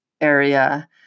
area